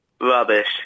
rubbish